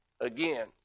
again